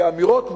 כאמירות מוחלטות.